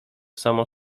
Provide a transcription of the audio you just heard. samo